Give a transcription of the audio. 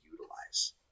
utilize